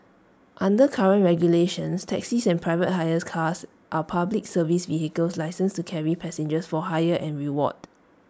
under current regulations taxis and private hire cars are Public Service vehicles licensed to carry passengers for hire and reward